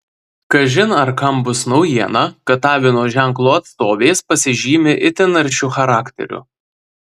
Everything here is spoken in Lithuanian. kažin ar kam bus naujiena kad avino ženklo atstovės pasižymi itin aršiu charakteriu